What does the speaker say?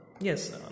Yes